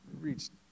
Reached